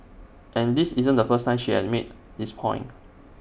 and this isn't the first time she has made this point